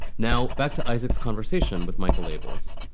now back to isaac's conversation with michael abels